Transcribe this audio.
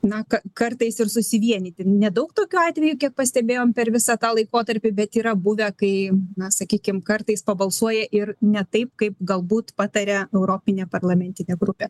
na kartais ir susivienyti nedaug tokių atvejų kiek pastebėjom per visą tą laikotarpį bet yra buvę kai na sakykim kartais pabalsuoja ir ne taip kaip galbūt pataria europinė parlamentinė grupė